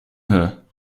her